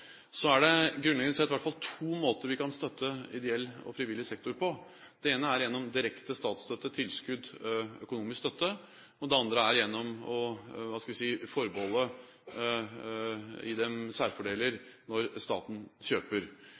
Så er det grunnleggende sett i hvert fall to måter vi kan støtte ideell og frivillig sektor på: Det ene er gjennom direkte statsstøtte/tilskudd – økonomisk støtte – og det andre er gjennom å gi dem særfordeler når staten kjøper. Jeg er opptatt av at når